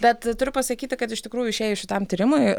bet turiu pasakyti kad iš tikrųjų išėjus šitam tyrimui